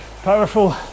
powerful